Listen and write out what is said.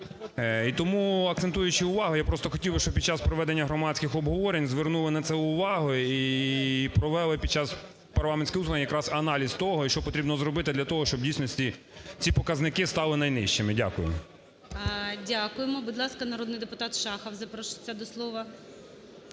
І тому, акцентуючи увагу, я просто хотів би, щоб під час проведення громадських обговорень звернули на це увагу і провели під час парламентських слухань якраз аналіз того, що потрібно зробити для того, щоб в дійсності ці показники стали найнижчими. Дякую. ГОЛОВУЮЧИЙ. Дякуємо. Будь ласка, народний депутат Шахов запрошується до слова.